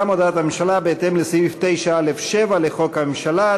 גם הודעת הממשלה בהתאם לסעיף 9(א)(7) לחוק הממשלה,